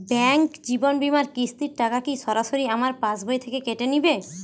Bank জীবন বিমার কিস্তির টাকা কি সরাসরি আমার পাশ বই থেকে কেটে নিবে?